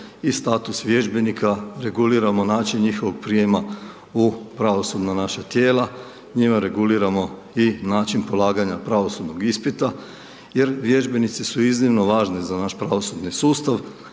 i status vježbenika, reguliramo način njihovog prijema u pravosudna naša tijela, njime reguliramo i naćin polaganja pravosudnog ispita, jer vježbenici su iznimno važni za naš pravosudni sustav.